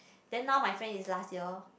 then now my friend is last year